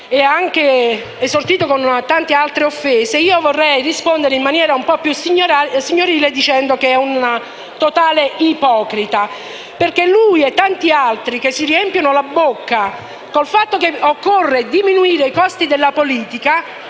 ed ha prodotto tante altre offese, io vorrei rispondere in maniera un po' più signorile dicendo che è un totale ipocrita perché lui insieme a tanti altri che si riempiono la bocca dicendo che occorre diminuire i costi della politica,